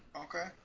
Okay